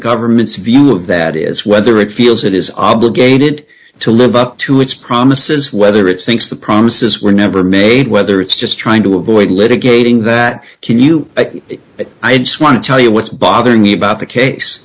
government's view of that is whether it feels it is obligated to live up to its promises whether it's thinks the promises were never made whether it's just trying to avoid litigating that can you but i just want to tell you what's bothering me about the case